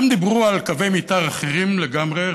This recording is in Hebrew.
והם דיברו על קווי מתאר אחרים לגמרי,